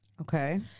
Okay